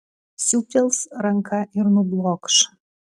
siūbtels ranka ir nublokš